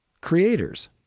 Creators